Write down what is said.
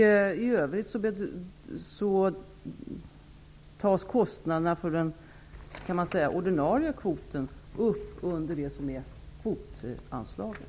I övrigt tas kostnaderna för den ordinarie kvoten upp under kvotanslaget.